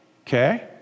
Okay